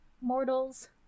mortals